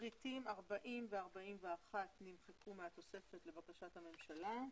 הפריטים נמחקו לבקשת הממשלה.